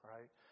Right